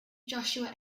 joshua